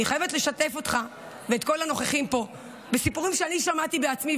אני חייבת לשתף אותך ואת כל הנוכחים פה בסיפורים שאני שמעתי בעצמי,